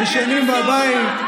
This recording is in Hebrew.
ישנים בבית.